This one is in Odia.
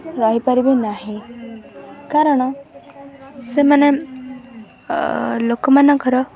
ରହିପାରିବେ ନାହିଁ କାରଣ ସେମାନେ ଲୋକମାନଙ୍କର